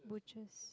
butcher's